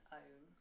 own